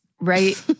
Right